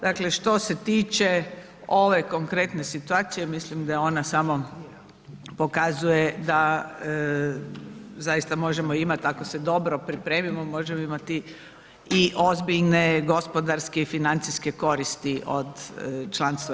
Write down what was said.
Dakle što se tiče ove konkretne situacije, mislim da ona samo pokazuje da zaista možemo imati, ako se dobro pripremimo možemo imati i ozbiljne gospodarske i financijske koristi od članstva EU.